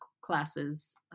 classes